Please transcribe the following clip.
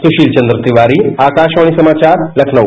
सुशील चंद्र तिवारी आकाशवाणी समाचार लखनऊ